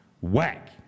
whack